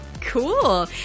Cool